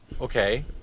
Okay